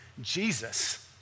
Jesus